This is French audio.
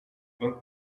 vingt